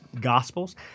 Gospels